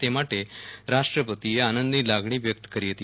તે માટે રાષ્ટ્રપતિએ આનંદની લાગણી વ્યકત કરી હતી